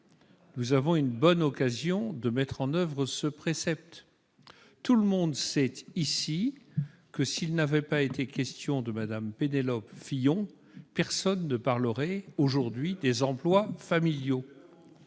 Nous avons une bonne occasion de mettre en oeuvre ce précepte. Tout le monde sait ici que s'il n'avait pas été question de Mme Penelope Fillon, personne ne parlerait aujourd'hui des emplois familiaux.